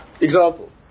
Example